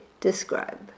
describe